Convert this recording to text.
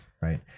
right